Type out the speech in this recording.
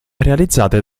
realizzate